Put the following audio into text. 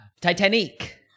titanic